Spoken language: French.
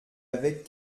avait